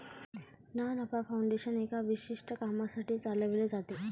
ना नफा फाउंडेशन एका विशिष्ट कामासाठी चालविले जाते